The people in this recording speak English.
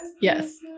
Yes